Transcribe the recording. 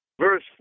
Verse